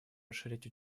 расширять